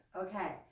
Okay